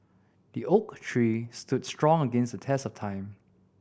the oak tree stood strong against the test of time